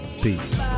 peace